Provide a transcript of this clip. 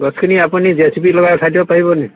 গছখিনি আপুনি J C B লগাই উঠাই দিব পাৰিব নি